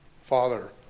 Father